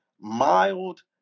mild